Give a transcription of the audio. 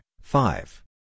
five